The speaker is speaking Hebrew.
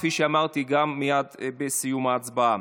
כפי שאמרתי גם מייד בסיום ההצבעה.